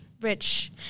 Rich